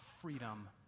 freedom